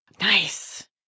Nice